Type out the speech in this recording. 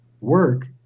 work